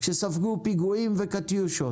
שספגו פיגועים וקטיושות,